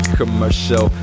commercial